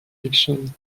diction